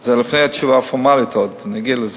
זה עוד לפני התשובה הפורמלית, אני אגיע לזה,